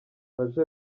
maj